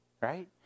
right